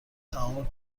تمام